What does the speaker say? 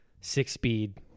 six-speed